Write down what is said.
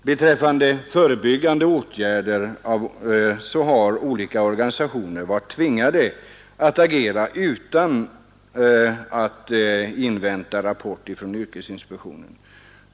Då det gäller förebyggande åtgärder har olika organisationer varit tvingade att agera utan att invänta rapport från yrkesinspektionen.